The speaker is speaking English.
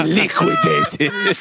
liquidated